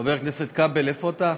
חבר הכנסת כבל, איפה אתה?